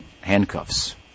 handcuffs